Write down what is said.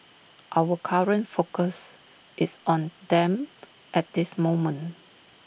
our current focus is on them at this moment